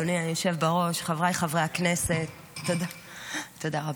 אדוני היושב-ראש, חבריי חברי הכנסת, תודה, טניה.